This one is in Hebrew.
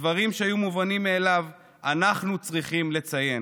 דברים שהיו מובנים מאליו אנחנו צריכים לציין.